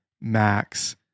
max